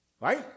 Right